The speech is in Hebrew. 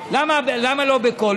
למה לא בקול?